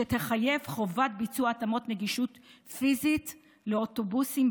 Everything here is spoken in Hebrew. שתחייב חובת ביצוע התאמות נגישות פיזית לאוטובוסים